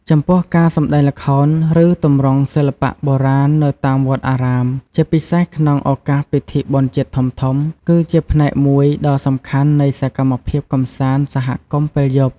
ចំពោះការសម្ដែងល្ខោន ឬទម្រង់សិល្បៈបុរាណនៅតាមវត្តអារាម ជាពិសេសក្នុងឱកាសពិធីបុណ្យជាតិធំៗ គឺជាផ្នែកមួយដ៏សំខាន់នៃសកម្មភាពកម្សាន្តសហគមន៍ពេលយប់។